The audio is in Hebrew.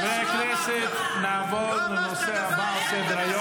שרי הביטחון הטובים ביותר לא באו מהצבא.